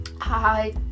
hi